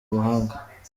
ubuhanga